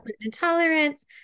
intolerance